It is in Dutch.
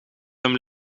hem